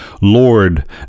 lord